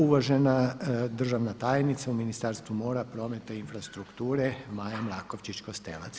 Uvažena državna tajnica u Ministarstvu mora, prometa i infrastrukture Maja Markovčić Kostelac.